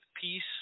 peace